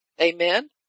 Amen